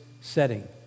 setting